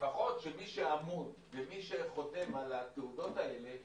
לפחות שמי שאמון ומי שחותם על התעודות האלה